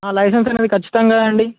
ఆ లైసెన్స్ అనేది ఖచ్చితంగా అండి